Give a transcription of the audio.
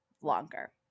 longer